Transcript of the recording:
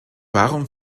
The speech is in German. warum